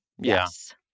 Yes